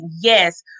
Yes